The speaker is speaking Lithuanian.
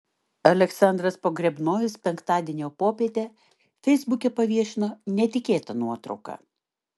aleksandras pogrebnojus penktadienio popietę feisbuke paviešino netikėtą nuotrauką